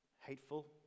hateful